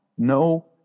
No